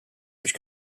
which